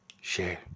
Share